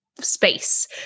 space